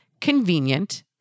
convenient